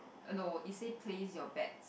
no it said place your bets